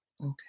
Okay